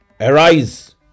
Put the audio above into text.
arise